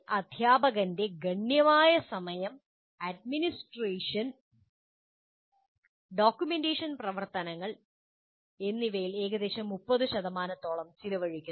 അദ്ധ്യാപകന്റെ ഗണ്യമായ ഈ സമയം ഏകദേശം 30 അഡ്മിനിസ്ട്രേഷൻ ഡോക്യുമെന്റേഷൻ പ്രവർത്തനങ്ങൾ എന്നിവയിൽ ചെലവഴിക്കുന്നു